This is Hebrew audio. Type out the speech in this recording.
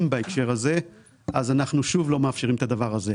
בהקשר הזה אז אנחנו שוב לא מאפשרים את הדבר הזה.